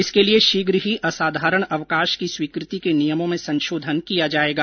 इसके लिए शीघ्र ही असाधारण अवकाश की स्वीकृति के नियमों में संशोधन किया जाएगा